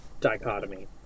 dichotomy